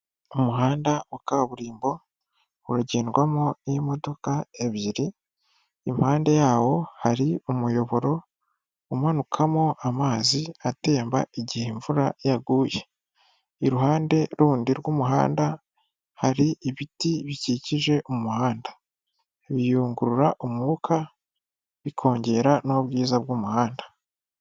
Umuhanda wa kaburimbo uragendwamo n'imodoka ebyiri, impande yawo hari umuyoboro umanukamo amazi atemba igihe imvura yaguye. Iruhande rundi rw'umuhanda hari ibiti bikikije umuhanda. Biyungurura umwuka, bikongera n'ubwiza bw'umuhanda.